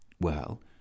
Well